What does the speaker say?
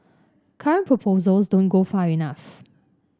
current proposals don't go far enough